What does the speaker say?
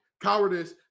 Cowardice